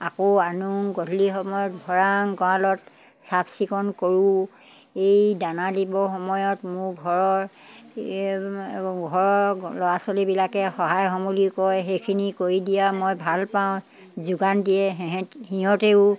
আকৌ আনোঁ গধূলি সময়ত ভৰাং গড়ালত চাফচিকুণ কৰোঁ এই দানা দিব সময়ত মোৰ ঘৰৰ ঘৰৰ ল'ৰা ছোৱালীবিলাকে সহায় সমূলি কৰে সেইখিনি কৰি দিয়া মই ভাল পাওঁ যোগান দিয়ে সিহঁতেও